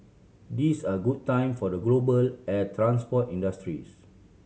these are good times for the global air transport industries